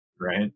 Right